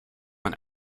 man